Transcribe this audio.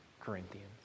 Corinthians